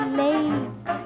late